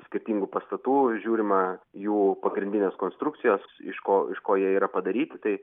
skirtingų pastatų žiūrima jų pagrindines konstrukcijas iš ko iš ko jie yra padaryti tai